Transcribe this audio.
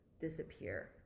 disappear